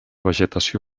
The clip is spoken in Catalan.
vegetació